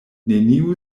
neniu